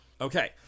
Okay